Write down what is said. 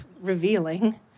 revealing